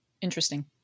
interesting